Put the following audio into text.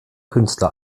künstler